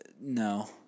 No